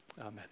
Amen